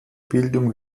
bildung